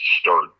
start